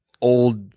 old